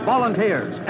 volunteers